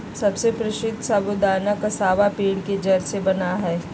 सबसे प्रसीद्ध साबूदाना कसावा पेड़ के जड़ से बना हई